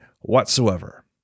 whatsoever